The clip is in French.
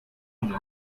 une